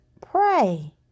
pray